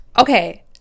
okay